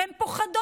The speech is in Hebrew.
הן פוחדות.